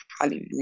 hallelujah